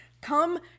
come